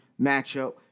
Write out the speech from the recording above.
matchup